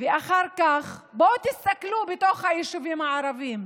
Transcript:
בואו תסתכלו בתוך היישובים הערביים.